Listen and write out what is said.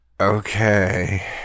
Okay